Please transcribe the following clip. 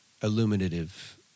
illuminative